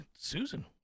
Susan